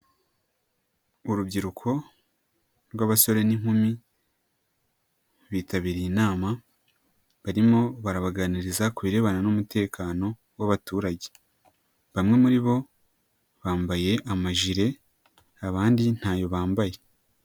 Urubyiruko rw'abasore n'inkumi bitabiriye inama barimo barabaganiriza ku birebana n'umutekano w'abaturage, bamwe muri bo bambaye amajire abandi ntayo bambaye.